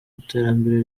iterambere